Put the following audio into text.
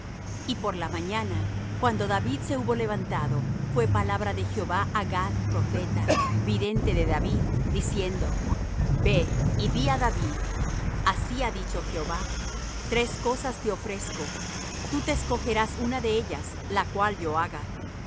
y por la mañana cuando david se hubo levantado fué palabra de jehová á gad profeta vidente de david diciendo ve y di á david así ha dicho jehová tres cosas te ofrezco tú te escogerás una de ellas la cual yo haga